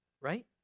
Right